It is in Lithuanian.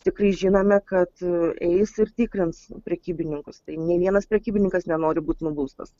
tikrai žinome kad eis ir tikrins prekybininkus tai nė vienas prekybininkas nenori būt nubaustas